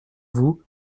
vous